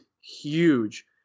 huge